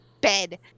bed